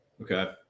Okay